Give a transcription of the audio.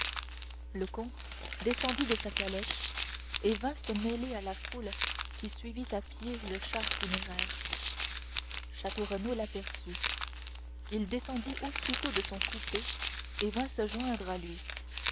le comte descendit de sa calèche et vint se mêler à la foule qui suivait à pied le char funéraire château renaud l'aperçut il descendit aussitôt de son coupé et vint se joindre à lui